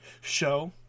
show